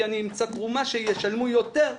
כי אני אמצא תרומה שישלמו יותר.